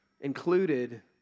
included